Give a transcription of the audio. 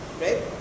right